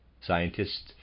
Scientists